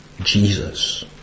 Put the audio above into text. Jesus